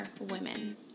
women